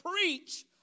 preach